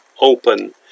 open